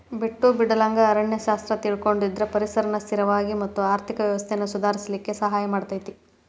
ಬಿಟ್ಟು ಬಿಡಲಂಗ ಅರಣ್ಯ ಶಾಸ್ತ್ರ ತಿಳಕೊಳುದ್ರಿಂದ ಪರಿಸರನ ಸ್ಥಿರವಾಗಿ ಮತ್ತ ಆರ್ಥಿಕ ವ್ಯವಸ್ಥೆನ ಸುಧಾರಿಸಲಿಕ ಸಹಾಯ ಮಾಡತೇತಿ